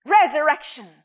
Resurrection